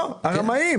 לא, הרמאים.